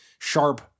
sharp